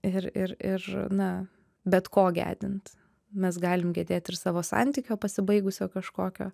ir ir ir na bet ko gedint mes galim gedėt ir savo santykio pasibaigusio kažkokio